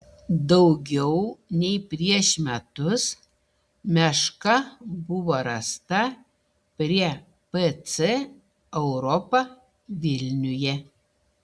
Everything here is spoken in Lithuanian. daugiau nei prieš metus meška buvo rasta prie pc europa vilniuje